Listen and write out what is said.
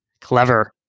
Clever